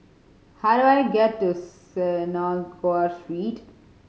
how do I get to Synagogue Street